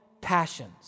passions